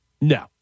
No